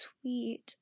sweet